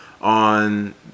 on